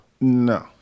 No